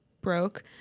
broke